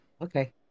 Okay